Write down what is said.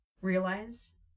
Realize